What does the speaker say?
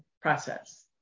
Process